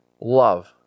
love